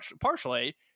partially